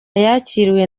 yakiriwe